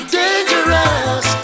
dangerous